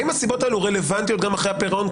האם הסיבות האלו רלוונטיות גם אחרי הפירעון,